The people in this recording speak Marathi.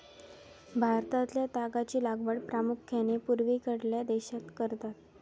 भारतातल्या तागाची लागवड प्रामुख्यान पूर्वेकडल्या प्रदेशात करतत